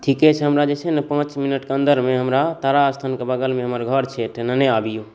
ठीके छै हमरा जे छै ने से पाँच मिनटके अन्दरमे हमरा तारा स्थानके बगलमे हमर घर छै तेँ लेने अबियौ